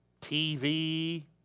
TV